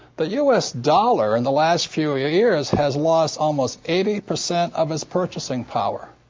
the u s. dollar, in the last few years, has lost almost eighty percent of its purchasing power.